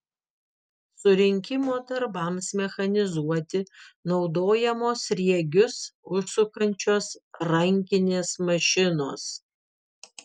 surinkimo darbams mechanizuoti naudojamos sriegius užsukančios rankinės mašinos